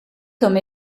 comme